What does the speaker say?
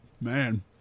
Man